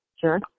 sure